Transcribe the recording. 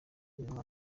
uyu